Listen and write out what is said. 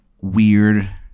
weird